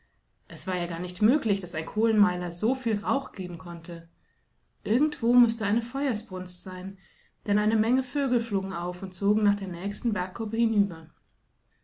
es war ja gar nicht möglich daß ein kohlenmeiler so viel rauch geben konnte irgendwo mußte eine feuersbrunst sein denn eine menge vögel flogen auf und zogen nach der nächsten bergkuppe hinüber